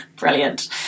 Brilliant